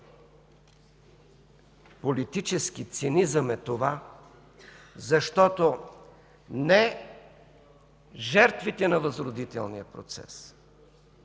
политически цинизъм, защото не жертвите на възродителния процес,